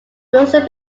wilson